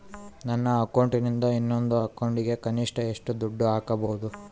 ನನ್ನ ಅಕೌಂಟಿಂದ ಇನ್ನೊಂದು ಅಕೌಂಟಿಗೆ ಕನಿಷ್ಟ ಎಷ್ಟು ದುಡ್ಡು ಹಾಕಬಹುದು?